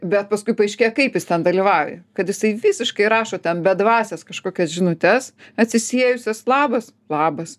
bet paskui paaiškėja kaip jis ten dalyvauja kad jisai visiškai rašo ten bedvases kažkokias žinutes atsisiejusias labas labas